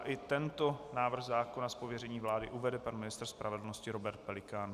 I tento návrh zákona z pověření vlády uvede pan ministr spravedlnosti Robert Pelikán.